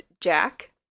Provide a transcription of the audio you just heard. Jack